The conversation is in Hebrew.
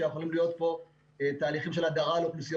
שיכולים להיות פה תהליכים של הדרה לאוכלוסיות